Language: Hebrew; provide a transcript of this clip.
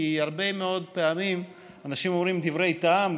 כי הרבה מאוד פעמים אנשים אומרים דברי טעם,